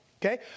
Okay